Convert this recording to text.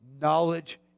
Knowledge